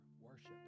worship